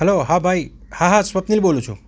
hello હા ભાઈ હા હા સ્વપ્નિલ બોલું છું